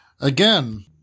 Again